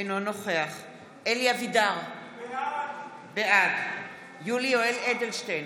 אינו נוכח אלי אבידר, בעד יולי יואל אדלשטיין,